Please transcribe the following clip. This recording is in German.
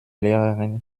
lehrerin